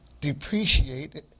depreciate